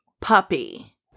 Puppy